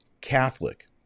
Catholic